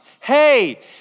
hey